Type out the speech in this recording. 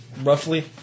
roughly